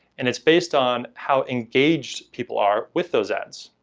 and it's based on how engaged people are with those ads.